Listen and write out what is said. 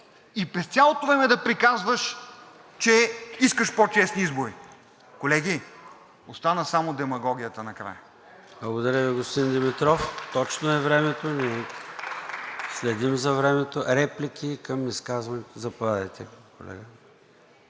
и през цялото време да приказваш, че искаш по-честни избори. Колеги, остана само демагогията накрая. ПРЕДСЕДАТЕЛ ЙОРДАН ЦОНЕВ: Благодаря Ви, господин Димитров. Точно е времето, ние следим за времето. Реплики към изказването? Заповядайте, колега.